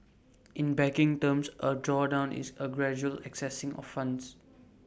in banking terms A drawdown is A gradual accessing of funds